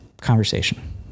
conversation